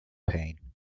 pain